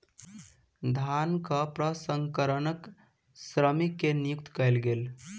धानक प्रसंस्करणक श्रमिक के नियुक्ति कयल गेल